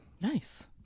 Nice